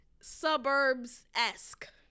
suburbs-esque